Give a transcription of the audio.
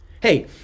Hey